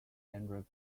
hundred